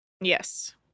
yes